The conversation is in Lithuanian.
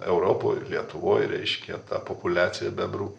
europoj ir lietuvoj reiškia ta populiacija bebrų